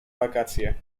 wakacje